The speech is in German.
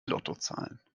lottozahlen